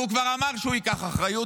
והוא כבר אמר שהוא ייקח אחריות,